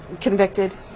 convicted